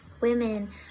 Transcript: women